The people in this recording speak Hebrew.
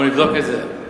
נבדוק את זה.